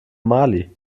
mali